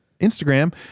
Instagram